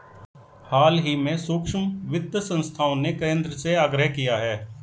हाल ही में सूक्ष्म वित्त संस्थाओं ने केंद्र से आग्रह किया है